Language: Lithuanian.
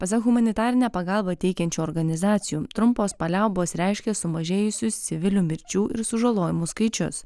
pasak humanitarinę pagalbą teikiančių organizacijų trumpos paliaubos reiškia sumažėjusius civilių mirčių ir sužalojimų skaičius